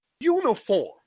uniform